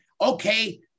okay